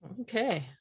Okay